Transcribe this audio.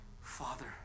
father